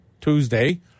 Tuesday